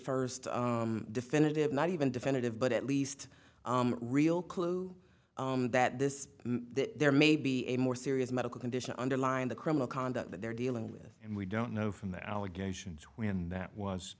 first definitive not even definitive but at least real clue that this there may be a more serious medical condition underline the criminal conduct that they're dealing with and we don't know from the allegations when that was